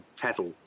cattle